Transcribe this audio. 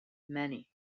many